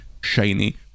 shiny